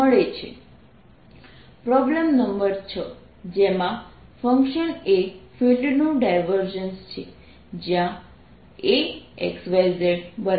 06xyy2zxz problem number 6 જેમાં function A ફિલ્ડનું divergence છે જ્યાં Axyz2αxxβyy 3γzz છે જો